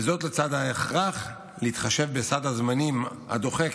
וזאת לצד ההכרח להתחשב בסד הזמנים הדוחק